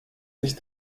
sich